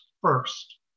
first